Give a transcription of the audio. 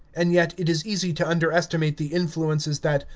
and yet it is easy to underestimate the influences that,